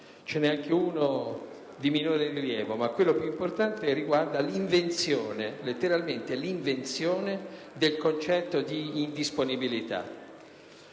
Ve ne è anche uno di minore rilievo, ma quello più importante riguarda l'invenzione - letteralmente - del concetto di indisponibilità.